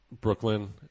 Brooklyn